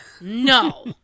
no